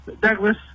Douglas